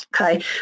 okay